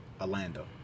Orlando